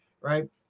right